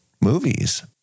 movies